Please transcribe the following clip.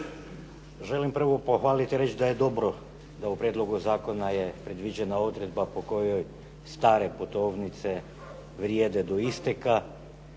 Želim prvo pohvaliti i reći da je dobro da u prijedlogu zakona je predviđena odredba po kojoj stare putovnice vrijede do isteka